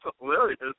hilarious